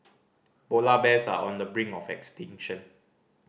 polar bears are on the brink of extinction